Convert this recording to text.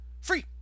Free